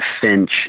finch